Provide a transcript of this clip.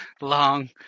long